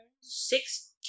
Six